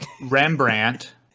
Rembrandt